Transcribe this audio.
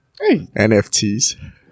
nfts